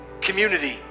community